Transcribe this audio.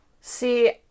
See